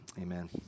amen